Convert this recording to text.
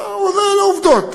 אלה העובדות.